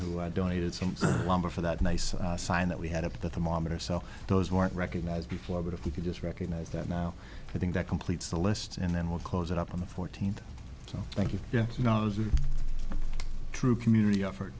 who i donated some lumber for that nice sign that we had up the thermometer sell those weren't recognized before but if we could just recognize that now i think that completes the list and then we'll close it up on the fourteenth so thank you yes you know it was a true community effort